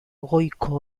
goiko